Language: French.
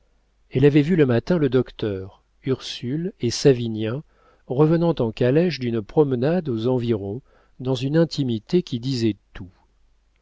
elle avait vu le matin le docteur ursule et savinien revenant en calèche d'une promenade aux environs dans une intimité qui disait tout